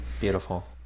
beautiful